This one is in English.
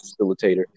facilitator